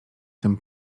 tym